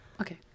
Okay